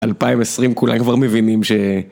2020 כולם כבר מבינים ש...